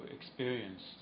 experience